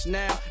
now